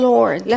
Lord